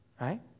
Right